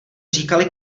říkali